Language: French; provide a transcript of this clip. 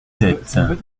sept